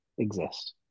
exist